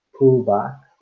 pullback